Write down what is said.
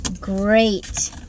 Great